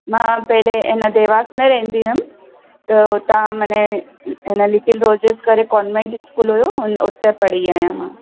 मां पहले इन देवास में रहंदी हुयमि त हुता माने हिन लिटिल रोजिज करे कॉन्वेंट स्कूल हुयो उन हुते पढ़ी आहियां मां